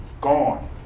gone